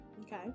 Okay